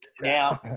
Now